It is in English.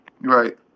Right